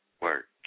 work